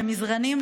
למזרנים,